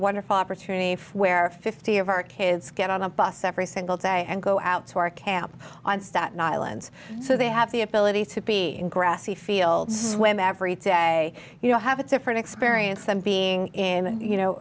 wonderful opportunity for where fifty of our kids get on a bus every single day and go out to our camp on staten island so they have the ability to be in grassy field swim every day you know have a different experience than being in and you know